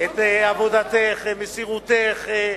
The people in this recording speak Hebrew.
את עבודתך, מסירותך.